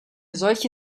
solche